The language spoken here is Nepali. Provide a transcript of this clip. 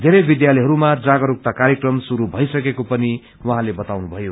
वेरै विद्यालयहरूमा जागरूकता कार्यक्रम शुरू मइसकेको पनि उहाँले बताउनुभयो